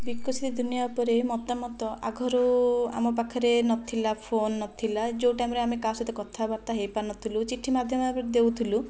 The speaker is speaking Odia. ବିକଶିତ ଦୁନିଆଁ ଉପରେ ମତାମତ ଆଗରୁ ଆମ ପାଖରେ ନଥିଲା ଫୋନ ନଥିଲା ଯେଉଁ ଟାଇମରେ ଆମେ କାହା ସହିତ କଥାବାର୍ତ୍ତା ହୋଇପାରୁ ନଥିଲୁ ଚିଠି ମାଧ୍ୟମରେ ଦେଉଥିଲୁ